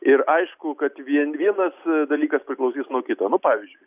ir aišku kad vien vienas dalykas priklausys nuo kito nu pavyzdžiui